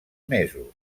mesos